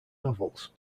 novels